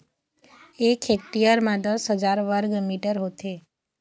एक हेक्टेयर म दस हजार वर्ग मीटर होथे